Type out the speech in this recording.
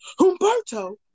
Humberto